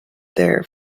there